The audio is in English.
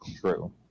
True